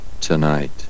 tonight